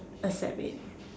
accept it